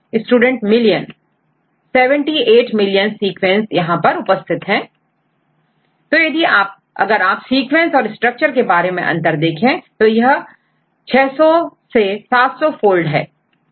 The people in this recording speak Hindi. Student Million 78 million sequences right student million 78 million sequence तो यदि अगर आप सीक्वेंस और स्ट्रक्चर के बारे में है अंतर देखें तो यह600 to 700 foldहै